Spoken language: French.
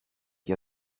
qui